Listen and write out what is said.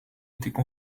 étaient